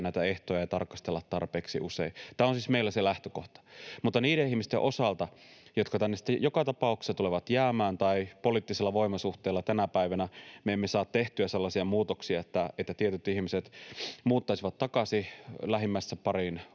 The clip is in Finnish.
näitä ehtoja ei tarkastella tarpeeksi usein. Tämä on siis meillä se lähtökohta. Mutta niiden ihmisten osalta, jotka tänne sitten joka tapauksessa tulevat jäämään — poliittisilla voimasuhteilla tänä päivänä me emme saa tehtyä sellaisia muutoksia, että tietyt ihmiset muuttaisivat takaisin lähimmäistensä pariin